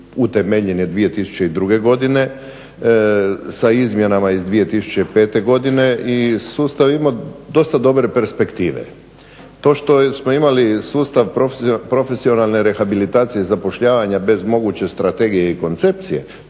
utemeljen je 2002.godine sa izmjenama iz 2005.godine i sustav ima dosta dobre perspektive. To što smo imali sustav profesionalne rehabilitacije i zapošljavanje bez moguće strategije i koncepcije,